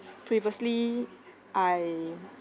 previously I